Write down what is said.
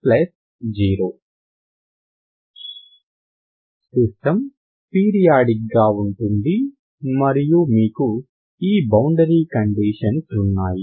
ddx0 system periodic గా ఉంటుంది మరియు మీకు ఈ బౌండరీ కండీషన్స్ ఉన్నాయి